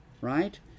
right